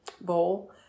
bowl